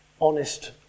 honest